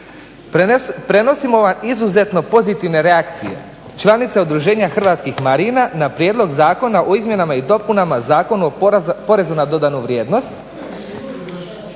Prenosimo vam izuzetno pozitivne reakcije. Članice udruženja Hrvatskih marina na prijedlog Zakona o izmjenama i dopunama Zakona o porezu na dodanu vrijednost